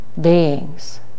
beings